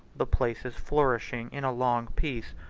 the places flourishing in a long peace,